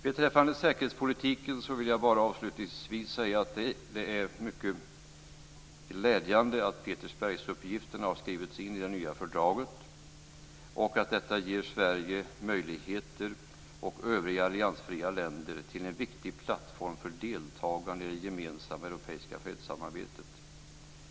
Beträffande säkerhetspolitiken vill jag avslutningsvis säga att det är mycket glädjande att Petersbergsuppgifterna har skrivits in i det nya fördraget. Detta ger Sverige och övriga alliansfria länder möjligheter till den viktig plattform för deltagande i det gemensamma europeiska fredssamarbetet.